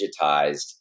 digitized